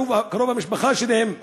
קרוב המשפחה שלהם,